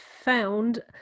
found